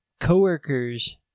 co-workers